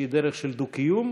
שהיא דרך של דו-קיום,